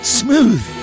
smooth